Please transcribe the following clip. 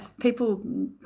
People